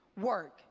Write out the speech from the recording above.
work